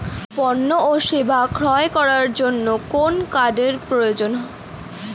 পণ্য ও সেবা ক্রয় করার জন্য কোন কার্ডের প্রয়োজন?